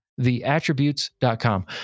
theattributes.com